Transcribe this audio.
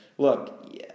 look